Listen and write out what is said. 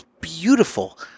beautiful